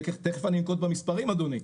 תיכף אני אנקוט במספרים אדוני,